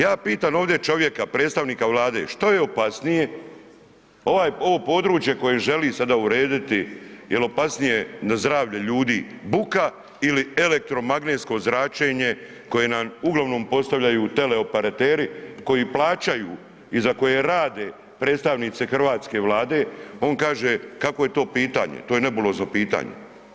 Ja pitam ovdje čovjeka predstavnika Vlade, što je opasnije ovo područje koje želi sada urediti jel opasnije na zdravlje ljudi buka ili elektromagnetsko zračenje koje nam uglavnom postavljaju teleoperateri koji plaćaju i za koje rade predstavnici hrvatske Vlade, on kaže kakvo je to pitanje, to je nebulozno pitanje.